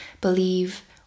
believe